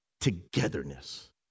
togetherness